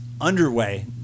underway